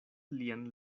lian